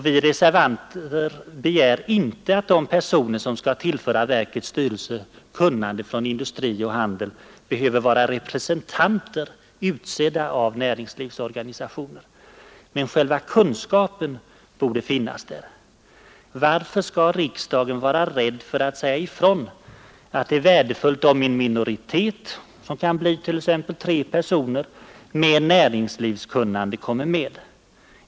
Vi reservanter begär inte att de personer som skall tillföra verkets styrelse kunnande från industri och handel behöver vara representanter, utsedda av näringslivsorganisationer. Men själva kunskapen borde finnas där. Varför skall riksdagen vara rädd för att säga ifrån att det är värdefullt om en minoritet med näringslivskunnande kommer med?